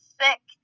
sick